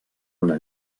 una